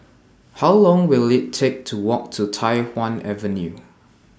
How Long Will IT Take to Walk to Tai Hwan Avenue